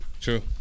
true